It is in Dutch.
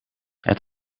het